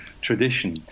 tradition